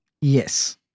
yes